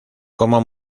como